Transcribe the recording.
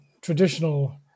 traditional